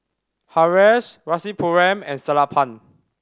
Haresh Rasipuram and Sellapan